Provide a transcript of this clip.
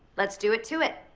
let's do it to it.